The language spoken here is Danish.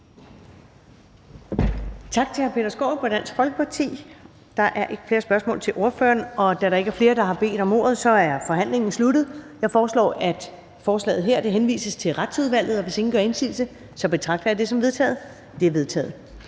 Tak til hr. Peter Skaarup fra Dansk Folkeparti. Der er ikke flere spørgsmål til ordføreren. Da der ikke er flere, der har bedt om ordet, er forhandlingen sluttet. Jeg foreslår, at forslaget til folketingsbeslutning henvises til Retsudvalget. Hvis ingen gør indsigelse, betragter jeg det som vedtaget. Det er vedtaget.